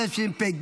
התשפ"ג